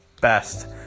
best